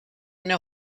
know